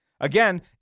Again